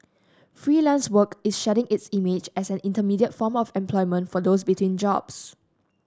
Freelance Work is shedding its image as an intermediate form of employment for those between jobs